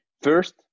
first